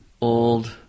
old